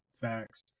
Facts